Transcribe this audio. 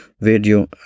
Video